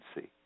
see